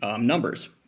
numbers